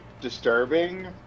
disturbing